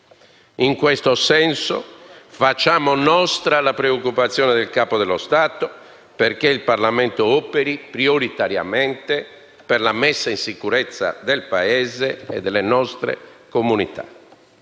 In questo senso, facciamo nostra la preoccupazione del Capo dello Stato perché il Parlamento operi prioritariamente per la messa in sicurezza del Paese e delle nostre comunità.